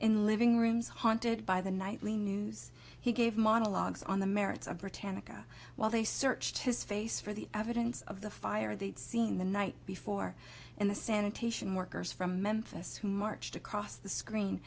in living rooms haunted by the nightly news he gave monologues on the merits of britannica while they searched his face for the evidence of the fire they'd seen the night before and the sanitation workers from memphis who marched across the screen